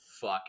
fuck